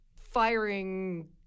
firing